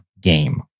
game